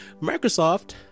Microsoft